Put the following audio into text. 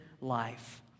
life